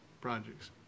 projects